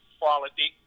quality